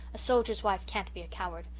a soldier's wife can't be a coward.